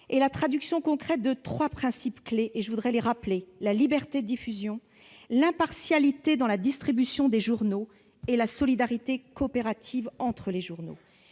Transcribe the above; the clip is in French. la traduction concrète de trois principes-clefs : la liberté de diffusion, l'impartialité dans la distribution des journaux et la solidarité coopérative entre les journaux.